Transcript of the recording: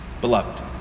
beloved